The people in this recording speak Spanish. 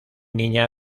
niña